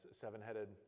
seven-headed